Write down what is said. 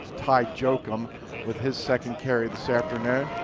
ty jochim with his second carry this afternoon.